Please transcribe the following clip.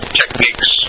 techniques